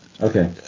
Okay